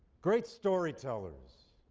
great storytellers,